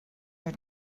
your